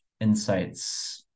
insights